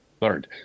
learned